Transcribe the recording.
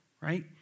right